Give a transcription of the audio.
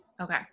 Okay